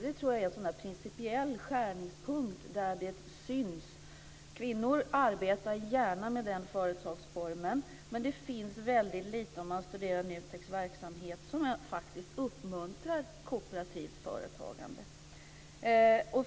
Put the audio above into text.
Det är nog en principiell skärningspunkt där det syns. Kvinnor arbetar gärna med den företagsformen. Men om man studerar NUTEK:s verksamhet finns det väldigt lite som uppmuntrar kooperativt företagande.